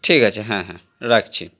ঠিক আছে হ্যাঁ হ্যাঁ রাখছি